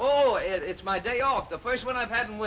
oh it's my day off the first one i've had in